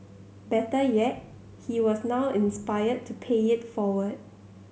better yet he was now inspired to pay it forward